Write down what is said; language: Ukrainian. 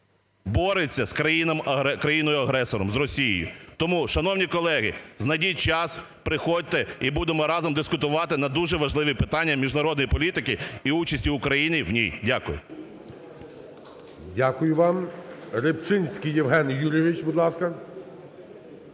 бореться з країною-агресором, з Росією. Тому, шановні колеги, знайдіть час, приходьте, і будемо разом дискутувати на дуже важливі питання міжнародної політики і участі України в ній. Дякую. ГОЛОВУЮЧИЙ. Дякую вам. Рибчинський Євген Юрійович, будь ласка.